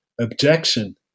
objection